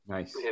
Nice